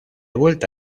vuelta